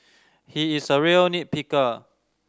he is a real nit picker